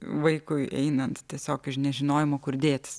vaikui einant tiesiog iš nežinojimo kur dėtis